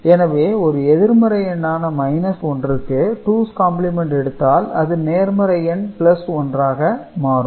எனவே ஒரு எதிர்மறை எண்ணான 1 க்கு டூஸ் காம்ப்ளிமென்ட் எடுத்தால் அது நேர்மறை எண் 1 ஆக மாறும்